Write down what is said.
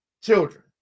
children